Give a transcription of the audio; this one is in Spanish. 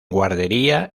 guardería